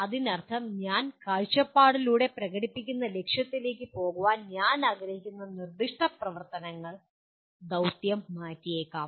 അതിനർത്ഥം ഞങ്ങൾ കാഴ്ചപ്പാടിലൂടെ പ്രകടിപ്പിക്കുന്ന ലക്ഷ്യത്തിലേക്ക് പോകാൻ ഞാൻ ആഗ്രഹിക്കുന്ന നിർദ്ദിഷ്ട പ്രവർത്തനങ്ങൾ ദൌത്യം മാറ്റിയേക്കാം